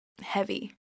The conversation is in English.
heavy